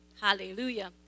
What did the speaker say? Hallelujah